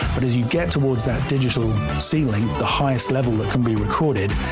but as you get towards that digital ceiling, the highest level that can be recorded,